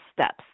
steps